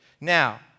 Now